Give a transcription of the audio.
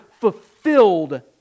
fulfilled